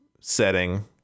setting